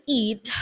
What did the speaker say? eat